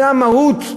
זה המהות.